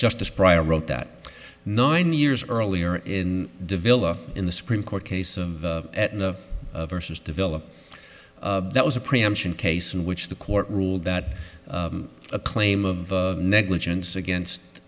justice prior wrote that nine years earlier in the villa in the supreme court case of the versus develop that was a preemption case in which the court ruled that a claim of negligence against